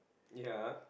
ya